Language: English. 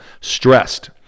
stressed